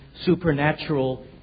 supernatural